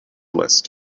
list